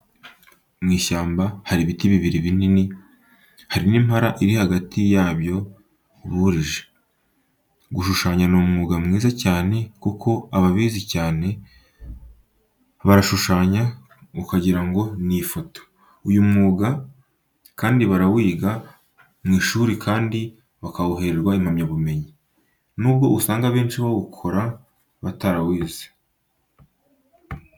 Mu ishyamba, hari ibiti bibiri binini, hari n'impala iri hagati yabyo, burije. Gushushanya ni umwuga mwiza cyane kuko ababizi cyane barashushanya ukagira ngo ni ifoto, uyu mwuga kandi barawiga mu ishuri kandi bakawuhererwa impamyabumenyi, nubwo usanga abenshi bawukora batarawize.